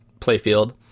playfield